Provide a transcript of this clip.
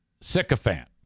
sycophant